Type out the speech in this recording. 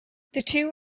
two